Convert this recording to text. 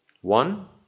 One